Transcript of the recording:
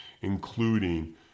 including